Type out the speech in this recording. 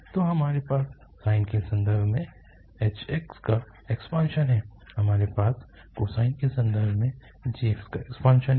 तो हमारे पास साइन के संदर्भ में h का एक्सपानशन है हमारे पास कोसाइन के संदर्भ में gx का एक्सपानशन है